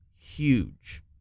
huge